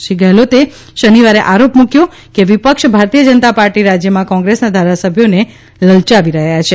શ્રી ગેહલોતે શનિવારે આરોપ મૂક્યો કે વિપક્ષ ભારતીય જનતા પાર્ટી રાજ્યમાં કોંગ્રેસના ધારાસભ્યોને લલયાવી રહ્યા છે